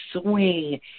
swing